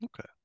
Okay